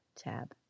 tab